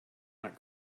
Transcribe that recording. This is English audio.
not